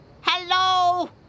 Hello